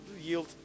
yield